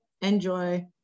enjoy